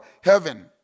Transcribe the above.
heaven